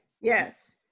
Yes